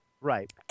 Right